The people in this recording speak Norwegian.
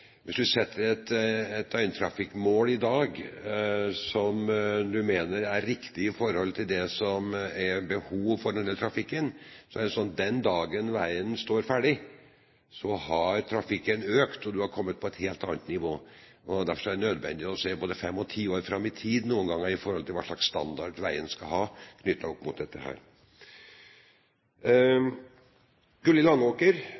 Hvis du setter deg et døgntrafikkmål i dag som du mener er riktig i forhold til hva det er behov for når det gjelder trafikken, så er det slik at den dagen veien står ferdig, har trafikken økt, og du har kommet på et helt annet nivå. Derfor er det noen ganger nødvendig – knyttet opp mot dette – å se både fem og ti år fram i tid med tanke på hva slags standard veien skal ha.